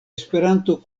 esperanto